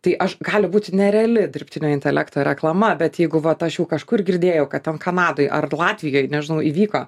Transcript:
tai aš gali būti nereali dirbtinio intelekto reklama bet jeigu vat aš jau kažkur girdėjau kad ten kanadoj ar latvijoj nežinau įvyko